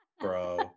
Bro